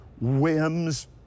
whims